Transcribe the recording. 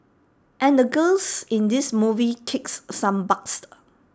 and the girls in this movie kick some butt